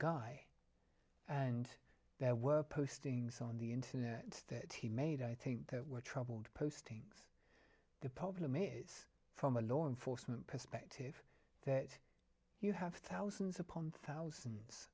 guy and there were postings on the internet that he made i think there were troubled postings the problem is from a law enforcement perspective that you have thousands